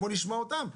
נשמע אותם.